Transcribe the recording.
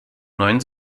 neuen